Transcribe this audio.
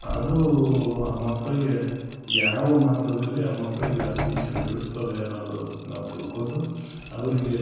ಅದೂ ಆ ಮಕ್ಕಳಿಗೆ ಯಾವ ಮಾರ್ಗದಲ್ಲಿ ಆ ಮಕ್ಕಳಿಗೆ ಶಿಕ್ಷಣ ನಡೆಸ್ತದೆ ಅನ್ನೋದು ನಾವು ತಿಳ್ಕೊಂಡು ಅವರಿಗೆ